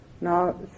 Now